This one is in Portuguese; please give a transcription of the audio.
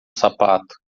sapato